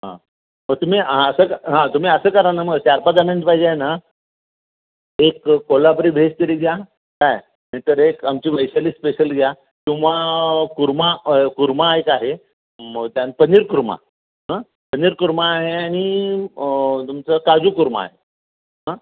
हां मग तुम्ही असं हां तुम्ही असं करा ना मग चार पाच जणांना पाहिजे आहे ना एक कोल्हापुरी व्हेज तरी घ्या काय नाही तर एक आमची वैशाली स्पेशल घ्या किंवा कोरमा कोरमा एक आहे मग त्यानंतर पनीर कोरमा हां पनीर कोरमा आहे आणि तुमचं काजू कोरमा आहे हां